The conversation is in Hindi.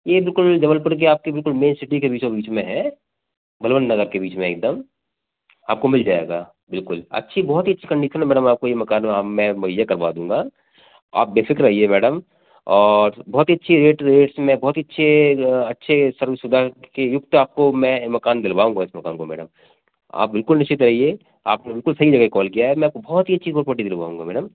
ये बिल्कुल जबलपुर के आपके बिलकुल मेन सिटी के बीचो बीच में है बलवंत नगर के बीच में है एकदम आपको मिल जाएगा बिल्कुल अच्छी बहुत ही अच्छी कंडीशन में मैडम आपको ये मकान मैं ये करवा दूँगा आप बेफिक्र आइए मैडम और बहुत ही अच्छी रेट रेट मैं बहुत ही अच्छे अच्छे सर्व सुविथा के युक्त आपको मैं मकान दिलवाऊँगा इस मकान को मैडम आप बिल्कुल निश्चिंत रहिए आपने बिलकुल सही जगह कॉल किया है मैं आपको बहुत ही अच्छी प्रॉपर्टी दिलवाऊँगा मैडम